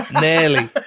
Nearly